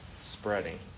spreading